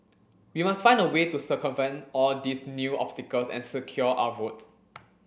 we must find a way to circumvent all these new obstacles and secure our votes